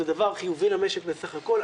זה דבר חיובי למשק בסך הכול,